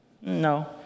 No